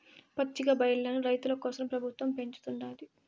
పచ్చికబయల్లను రైతుల కోసరం పెబుత్వం పెంచుతుండాది